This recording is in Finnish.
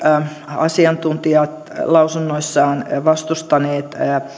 asiantuntijat lausunnoissaan vastustaneet